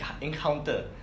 Encounter